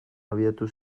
abiatu